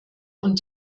und